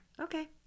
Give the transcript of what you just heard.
Okay